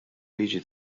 liġi